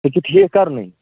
سُہ چھُ ٹھیٖک کَرنُے